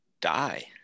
die